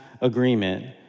agreement